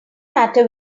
matter